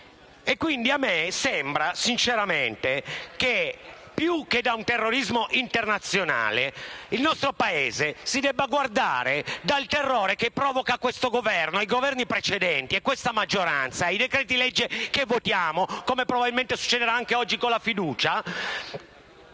Quindi a me sembra sinceramente che, più che da un terrorismo internazionale, il nostro Paese si debba guardare dal terrore che provocano questo Governo, i Governi precedenti, questa maggioranza e i decreti-legge che votiamo con la fiducia, come probabilmente succederà anche oggi, i quali